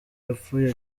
yapfuye